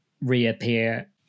reappear